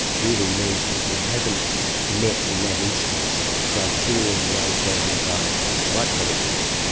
really means that you haven't met in that instance, the criterion laid down by whitefellas law,